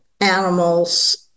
animals